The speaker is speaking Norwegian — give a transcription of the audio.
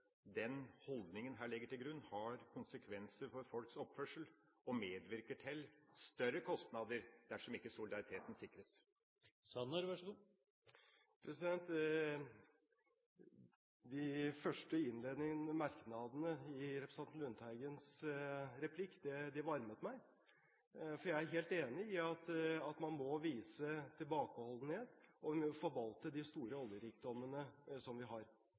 den mot denne samfunnsholdningen. Hvorfor forstår ikke Høyre at den holdning en her legger til grunn, har konsekvenser for folks oppførsel og medvirker til større kostnader, dersom ikke solidariteten sikres? De første innledende merknadene i representanten Lundteigens replikk varmet meg. Jeg er helt enig i at man må vise tilbakeholdenhet, og vi må forvalte de store oljerikdommene vi har.